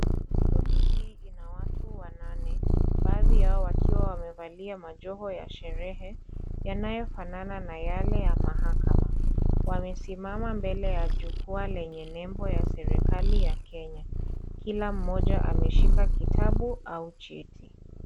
Kundi hii ina watu wanane. Bhaadhi yao wakiwa wamevalia majoho ya sherehe, yanayofanana na yale ya mahakama. Wamesimama mbele ya jukwaa lenye nembo ya serikali ya Kenya. Kila mmoja ameshika kitabu au cheti.